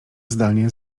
zdanie